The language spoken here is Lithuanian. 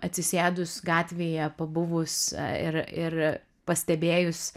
atsisėdus gatvėje pabuvus ir ir pastebėjus